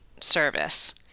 service